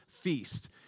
feast